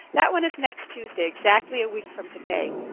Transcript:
that one is next tuesday, exactly a week from today.